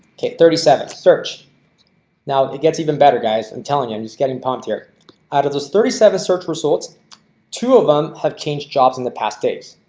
okay thirty seven search now it gets even better guys and telling you i'm just getting pumped here out of this thirty seven search results two of them have changed jobs in the past days.